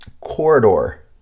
Corridor